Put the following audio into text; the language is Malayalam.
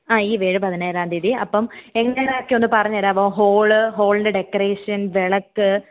ആ ഈ വരുന്ന പതിനേഴാം തീയ്യതി അപ്പം എങ്ങനെയൊക്കെയെന്ന് ഒന്ന് പറഞ്ഞു തരാമോ ഹോള് ഹോളിന്റെ ഡെക്കറേഷൻ വിളക്ക്